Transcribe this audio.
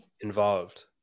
involved